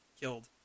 killed